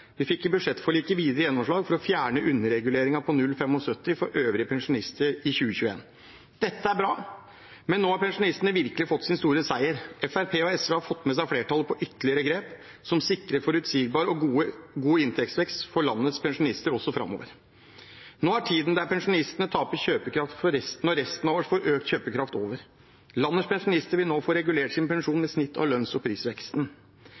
Vi fikk i budsjettforliket videre gjennomslag for å fjerne underreguleringen på 0,75 pst. for øvrige pensjonister i 2021. Dette er bra, nå har pensjonistene virkelig fått sin store seier. Fremskrittspartiet og SV har fått med seg flertallet på ytterligere grep som sikrer forutsigbar og god inntektsvekst for landets pensjonister også framover. Nå er tiden der pensjonistene taper kjøpekraft i forhold til resten og resten av oss får økt kjøpekraft, over. Landets pensjonister vil nå få regulert sin pensjon med snittet av lønns- og prisveksten.